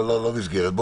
לא מסגרת.